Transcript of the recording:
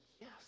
Yes